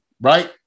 right